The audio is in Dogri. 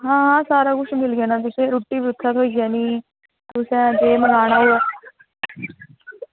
आं सारा कुछ मिली जाना तुसेंगी रुट्टी बी उत्थें मिली जानी कुसै केह् बनाना होऐ